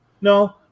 No